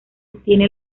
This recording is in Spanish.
obtiene